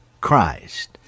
Christ